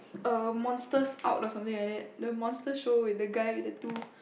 err monsters out or something like that the monsters show the guy with the two